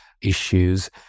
issues